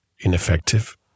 ineffective